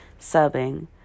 subbing